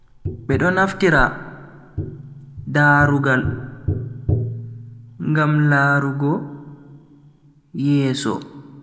Be do naftira darugal ngam larugo yeso.